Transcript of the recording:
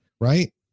right